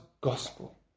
gospel